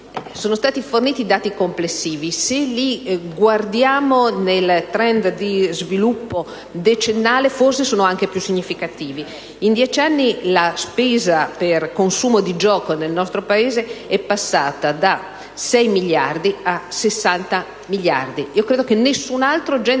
Sono stati forniti dati complessivi, ma se li guardiamo nel *trend* di sviluppo decennale, essi sono forse anche più significativi. In dieci anni la spesa per consumo di gioco nel nostro Paese è passata da 6 a 60 miliardi. Io credo che nessun altro genere